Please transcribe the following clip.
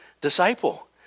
disciple